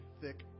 thick